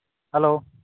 hello